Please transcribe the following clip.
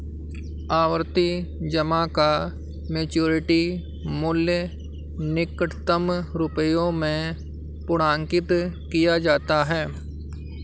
आवर्ती जमा का मैच्योरिटी मूल्य निकटतम रुपये में पूर्णांकित किया जाता है